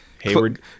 Hayward